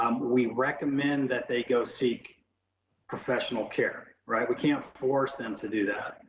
um we recommend that they go seek professional care right. we can't force them to do that.